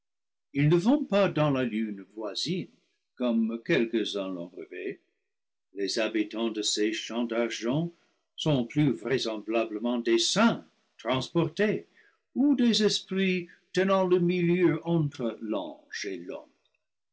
ils ne vont pas dans la lune voisine comme quelques-uns l'ont rêvé les habitants de ces champs d'argent sont plus vraisemblablement des saints transportés ou des esprits tenant le milieu entre l'ange et l'homme